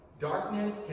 Darkness